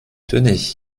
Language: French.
tenez